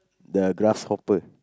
the grasshopper